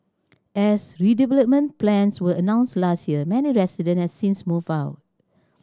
as redevelopment plans were announced last year many residents have since moved out